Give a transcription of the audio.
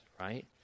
right